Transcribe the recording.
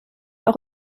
auch